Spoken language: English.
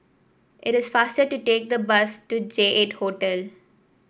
it is faster to take the bus to J eight Hotel